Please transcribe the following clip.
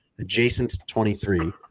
adjacent23